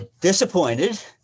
disappointed